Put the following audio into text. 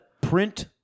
print